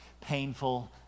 painful